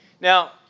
Now